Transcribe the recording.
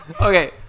Okay